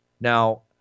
Now